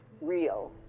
real